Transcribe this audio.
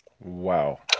Wow